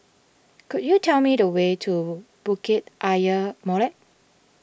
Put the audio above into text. could you tell me the way to Bukit Ayer Molek